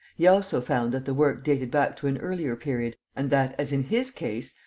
he also found that the work dated back to an earlier period and that, as in his case,